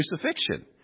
crucifixion